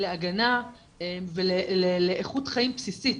להגנה ולאיכות חיים בסיסית,